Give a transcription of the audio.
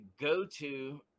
go-to